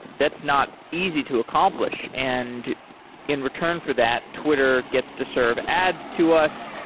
that's not easy to accomplish. and in return for that, twitter gets to serve ads to us.